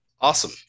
Awesome